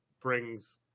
brings